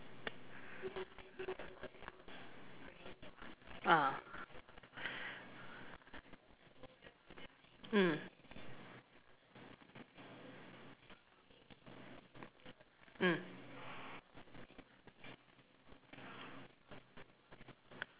ah mm mm